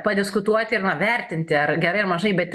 padiskutuoti ir na vertinti ar gerai ar mažai bet